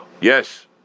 Yes